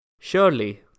Surely